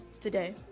today